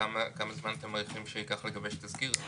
כמה זמן אתם מעריכים שייקח לגבש תזכיר?